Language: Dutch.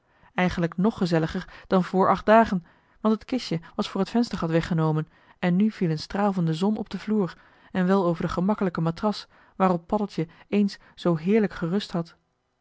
eigenlijk nog gezelliger dan voor acht dagen want het kistje was voor het venstergat weggenomen en nu viel een straal van de zon op den vloer en wel over de gemakkelijke matras waarop paddeltje eens zoo heerlijk gerust had